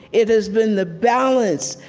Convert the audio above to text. it has been the balance,